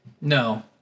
No